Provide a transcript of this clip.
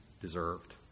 deserved